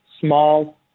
small